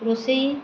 ରୋଷେଇ